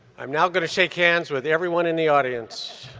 i'm now gonna shake hands with everyone in the audience.